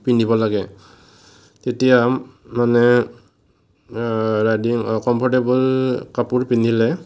পিন্ধিব লাগে তেতিয়া মানে ৰাইডিং কমফৰ্টেবল কাপোৰ পিন্ধিলে